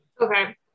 Okay